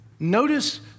Notice